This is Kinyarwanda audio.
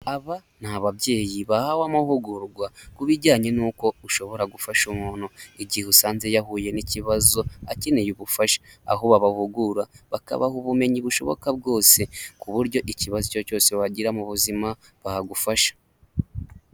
Aba ni ababyeyi bahawe amahugurwa ku bijyanye n'uko ushobora gufasha umuntu, igihe usanze yahuye n'ikibazo akeneye ubufasha, aho babahugura bakabaha ubumenyi bushoboka bwose, ku buryo ikibazo cyose wagira mu buzima bagufasha.